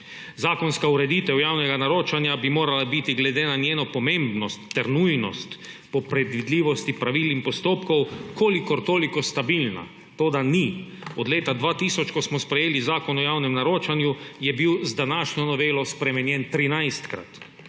Zakonska ureditev javnega naročanja bi morala biti glede na njeno pomembnost ter nujnost po predvidljivosti pravil in postopkov kolikor toliko stabilna, toda ni. Od leta 2000, ko smo sprejeli Zakon o javnem naročanju, je bil z današnjo novelo spremenjen trinajstkrat.